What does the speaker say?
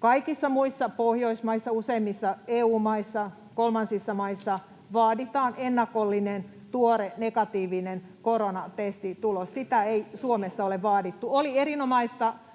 Kaikissa muissa Pohjoismaissa, useimmissa EU-maissa ja kolmansissa maissa vaaditaan ennakollinen, tuore negatiivinen koronatestitulos. Sitä ei Suomessa ole vaadittu. [Anders